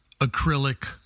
acrylic